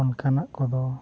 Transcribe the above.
ᱚᱱᱠᱟᱱᱟᱜ ᱠᱚᱫᱚ